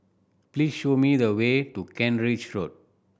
please show me the way to Kent Ridge Road